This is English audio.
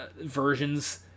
versions